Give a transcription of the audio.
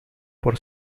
por